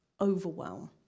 overwhelm